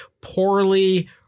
poorly